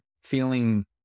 feeling